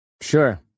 Sure